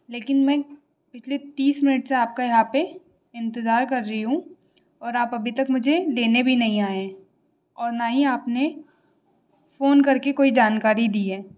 लेकिन मैं पिछले तीस मिनट से आपका यहाँ पे इंतज़ार कर रही हूँ और आप अभी तक मुझे लेने भी नहीं आए हैं और ना ही आपने फोन करके कोई जानकारी दी है